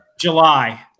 July